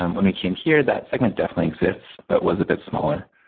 um when we came here, that segment definitely exists, but was a bit smaller.